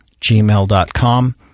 gmail.com